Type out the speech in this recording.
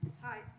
Hi